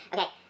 Okay